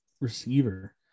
receiver